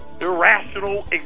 irrational